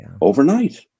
overnight